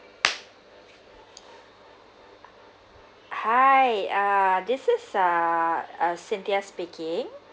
hi uh this is uh cynthia speaking